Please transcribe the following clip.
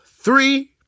three